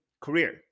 career